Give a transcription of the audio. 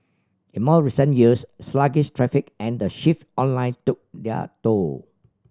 in more recent years sluggish traffic and the shift online took their toll